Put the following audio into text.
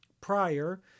prior